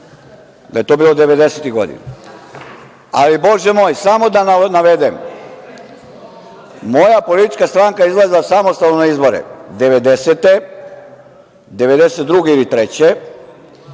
Da je to bilo 90-ih godina. Ali, bože moj, samo da navedem. Moja politička stranka izlazila je samostalno na izbore 1990, 1992. ili